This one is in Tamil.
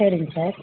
சரிங்க சார்